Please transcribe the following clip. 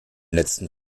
letzten